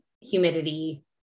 humidity